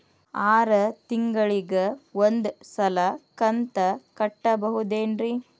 ಆರ ತಿಂಗಳಿಗ ಒಂದ್ ಸಲ ಕಂತ ಕಟ್ಟಬಹುದೇನ್ರಿ?